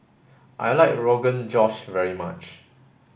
I like Rogan Josh very much